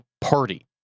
party